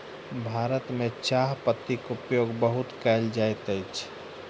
भारत में चाह पत्तीक उपयोग बहुत कयल जाइत अछि